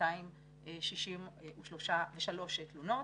14,263 תלונות.